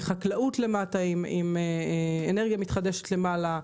חקלאות למטה עם אנרגיה מתחדשת למעלה.